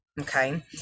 Okay